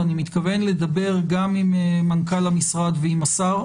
ואני מתכוון לדבר גם עם מנכ"ל המשרד ועם השר,